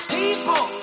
people